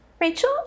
Rachel